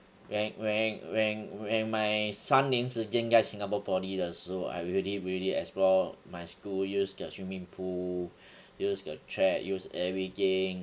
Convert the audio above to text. when when when when my 三年时间在 singapore poly 的时候 I really really explore my school use the swimming pool use the chair use everything